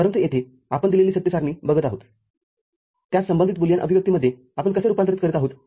परंतु येथे आपण दिलेली सत्य सारणी बघत आहोतत्यास संबंधित बुलियन अभिव्यक्तीमध्ये आपण कसे रूपांतरित करीत आहोत